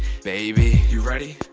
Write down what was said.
baby. you ready?